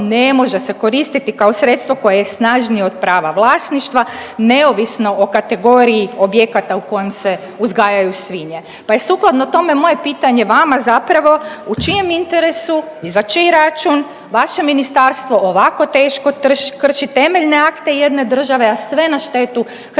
ne može se koristiti kao sredstvo koje je snažnije od prava vlasništva, neovisno o kategoriji objekata u kojem se uzgajaju svinje pa je sukladno tome, moje pitanje vama zapravo, u čijem interesu i za čiji račun vaše ministarstvo ovako teško krši temeljne akte jedne države, a sve na štetu